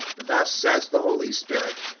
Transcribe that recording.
thus says the holy spirit,